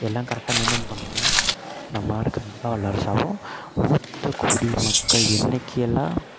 எல்லாம் கரெக்டாக மெயின்டெயின் பண்ணோன்னால் நம்ம நாடு கண்டிப்பாக வல்லரசாகவும் மூத்தக் குடிமக்கள் என்றைக்கெல்லாம்